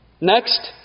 Next